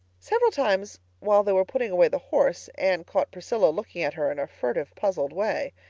several times while they were putting away the horse anne caught priscilla looking at her in a furtive, puzzled way.